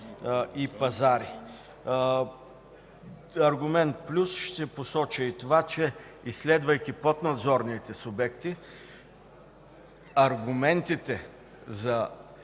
и пазари. Като аргумент в плюс ще посоча и това, че изследвайки поднадзорните субекти, аргументите за